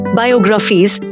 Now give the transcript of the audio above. biographies